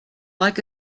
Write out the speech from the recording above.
like